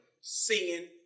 singing